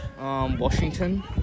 washington